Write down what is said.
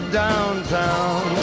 downtown